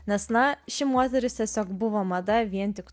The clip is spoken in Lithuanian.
nes na ši moteris tiesiog buvo mada vien tik